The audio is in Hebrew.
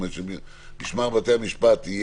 שמשמר בתי המשפט,